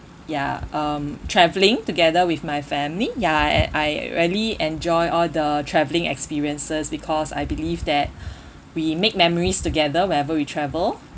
ya um traveling together with my family ya and I really enjoy all the travelling experiences because I believe that we make memories together whenever we travel